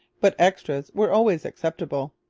but extras were always acceptable.